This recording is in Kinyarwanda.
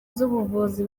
z’ubuvuzi